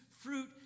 fruit